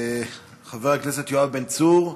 חבר הכנסת יואב בן צור.